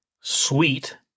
sweet